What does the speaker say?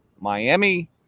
Miami